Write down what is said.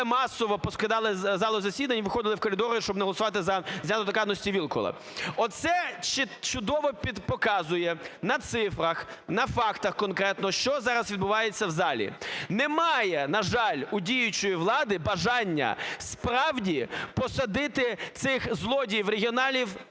масово покидали залу засідання і виходили в коридори, щоб не голосувати за зняття недоторканності Вілкула. Оце чудово показує на цифрах, на фактах конкретно, що зараз відбувається в залі. Немає, на жаль. у діючої влади бажання справді посадити цих злодіїв-регіоналів